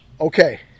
okay